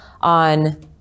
on